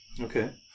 Okay